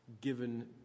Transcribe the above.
given